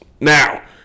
Now